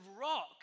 rock